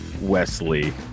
Wesley